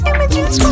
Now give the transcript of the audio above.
Images